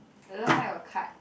another kind of cut